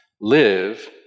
live